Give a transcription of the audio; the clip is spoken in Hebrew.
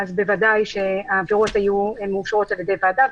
אז בוודאי שהעבירות היו מאושרות על ידי ועדה.